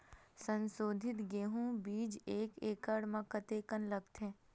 संसोधित गेहूं बीज एक एकड़ म कतेकन लगथे?